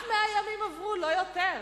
רק 100 ימים עברו, לא יותר.